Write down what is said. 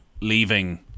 leaving